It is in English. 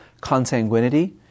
consanguinity